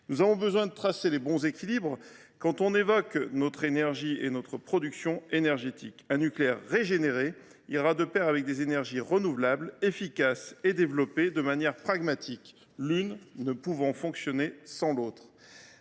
Nous avons besoin de trouver les bons équilibres quand il est question de notre énergie et de notre production d’électricité. Un nucléaire régénéré ira de pair avec des énergies renouvelables, efficaces et développées de manière pragmatique, l’un ne pouvant fonctionner sans les autres.